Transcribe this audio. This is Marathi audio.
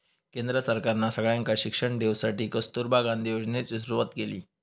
केंद्र सरकारना सगळ्यांका शिक्षण देवसाठी कस्तूरबा गांधी योजनेची सुरवात केली